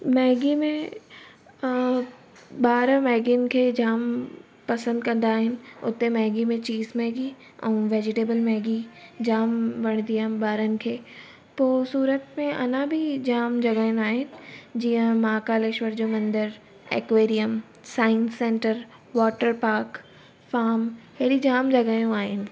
Maggi में अ ॿार मैगीनि खे जाम पसंदि कंदा आहिनि उते मैगी में चीज़ मैगी ऐं वैजिटेबल मैगी जाम वणंदी आहे ॿारनि खे पोइ सूरत में अञा बि जाम जॻहियूं आहिनि जीअं महाकालेश्वर मंदिर aquarium science centre water park farm अहिड़ी जाम जॻहियूं आहिनि